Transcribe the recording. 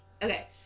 Okay